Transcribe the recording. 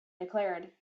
declared